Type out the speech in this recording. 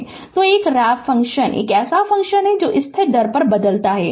Refer Slide Time 1251 तो एक ramp एक ऐसा फ़ंक्शन है जो स्थिर दर पर बदलता है